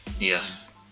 Yes